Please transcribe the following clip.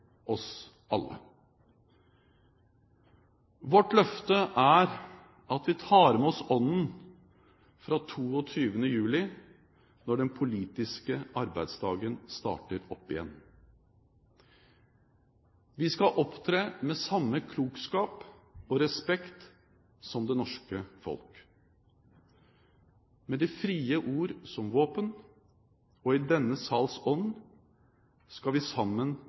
oss alle. Vårt løfte er at vi tar med oss ånden fra 22. juli når den politiske arbeidsdagen starter opp igjen. Vi skal opptre med samme klokskap og respekt som det norske folk. Med det frie ord som våpen og i denne sals ånd skal vi sammen